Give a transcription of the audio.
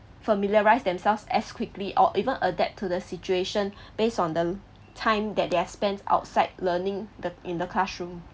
familiarise themselves as quickly or even adapt to the situation based on the time that they have spent outside learning the in the classroom